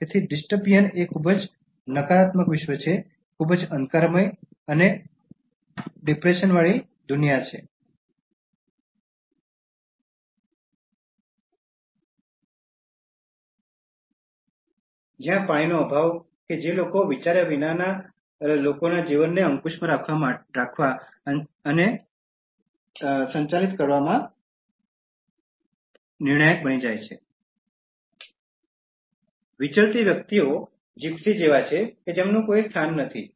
તેથી ડાયસ્ટોપિયન એક ખૂબ જ નકારાત્મક વિશ્વ છે ખૂબ જ અંધકારમય અને ડિપ્રેસનવાળી દુનિયા છે જ્યાં પાણીનો અભાવ કે જે લોકો વિચર્યા વિનાના લોકોના જીવનને અંકુશમાં રાખવા અને સંચાલિત કરવામાં નિર્ણાયક બની જાય છે વિચરતી વ્યક્તિઓ જિપ્સી જેવા છે જેમનું કોઈ સ્થાન નથી